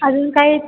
अजून काही